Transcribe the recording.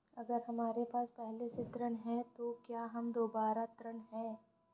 अगर हमारे पास पहले से ऋण है तो क्या हम दोबारा ऋण हैं?